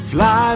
Fly